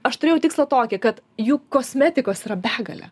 aš turėjau tikslą tokį kad juk kosmetikos yra begalė